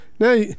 Now